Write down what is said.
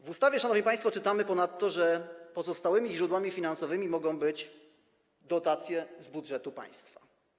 W ustawie, szanowni państwo, czytamy ponadto, że pozostałymi źródłami finansowymi mogą być dotacje z budżetu państwa.